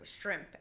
shrimp